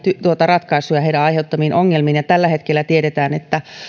ratkaisuja heidän aiheuttamiin ongelmiin tällä hetkellä tiedetään että